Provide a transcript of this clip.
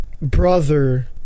Brother